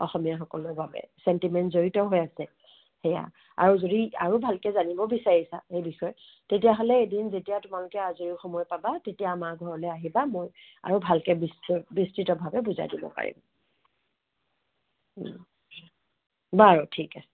অসমীয়াসকলৰ বাবে চেণ্টিমেণ্ট জড়িত হৈ আছে সেয়া আৰু যদি আৰু ভালকৈ জানিব বিচাৰিছা সেই বিষয়ে তেতিয়াহ'লে এদিন যেতিয়া তোমালোকে আজৰি সময় পাবা তেতিয়া আমাৰ ঘৰলৈ আহিবা মই আৰু ভালকৈ বিস্তৃতভাৱে বুজাই দিব পাৰিম বাৰু ঠিক আছে